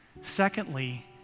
Secondly